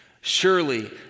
Surely